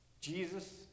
Jesus